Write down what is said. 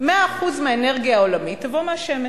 100% האנרגיה העולמית תבוא מהשמש.